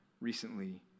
recently